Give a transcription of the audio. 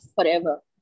forever